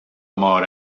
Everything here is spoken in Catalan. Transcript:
mort